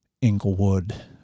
Inglewood